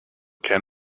can